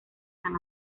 san